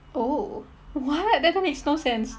oh what doesn't makes no sense